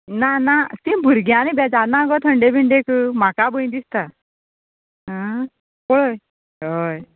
ना ना ती भुरग्यां नी बेजार ना गो थंडे बिंडेक म्हाका भंय दिसता पळय हय